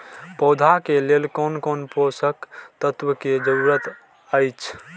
पौधा के लेल कोन कोन पोषक तत्व के जरूरत अइछ?